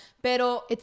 pero